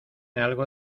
algo